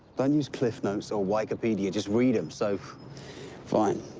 don't use cliffnotes or wikipedia. just read them. so fine.